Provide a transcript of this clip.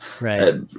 Right